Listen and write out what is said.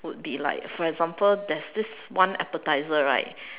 would be like for example there's this one appetizer right